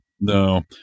No